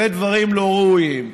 אלה דברים לא ראויים.